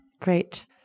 Great